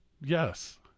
Yes